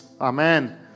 Amen